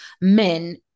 men